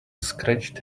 scratched